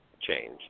change